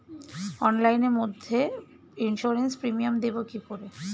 অনলাইনে মধ্যে insurance premium দেবো কি করে?